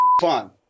fun